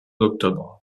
octobre